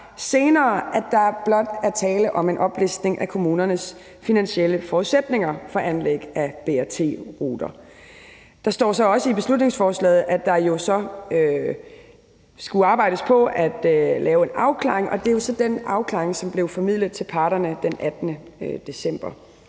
senere, at der blot er tale om en oplistning af kommunernes finansielle forudsætninger for anlæg af BRT-ruter. Der står også i beslutningsforslaget, at der så skulle arbejdes på at lave en afklaring, og det er jo så den afklaring, som blev formidlet til parterne den 18. december.